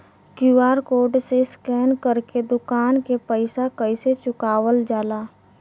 QR code से scan कर के दुकान के पैसा कैसे चुकावल जाला?